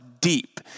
deep